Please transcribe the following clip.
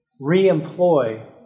re-employ